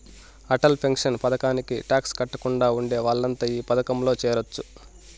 Atal pension పథకానికి tax కట్టకుండా ఉండే వాళ్లంతా ఈ పథకంలో చేరొచ్చు